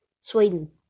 Sweden